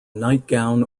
nightgown